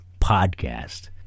podcast